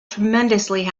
tremendously